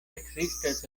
ekzistas